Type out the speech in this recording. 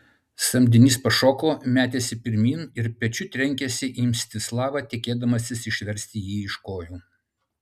samdinys pašoko metėsi pirmyn ir pečiu trenkėsi į mstislavą tikėdamasis išversti jį iš kojų